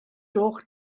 gloch